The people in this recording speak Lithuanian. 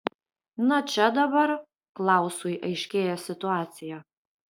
na čia dabar klausui aiškėja situacija